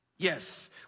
Yes